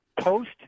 post